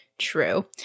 true